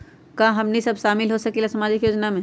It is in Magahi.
का हमनी साब शामिल होसकीला सामाजिक योजना मे?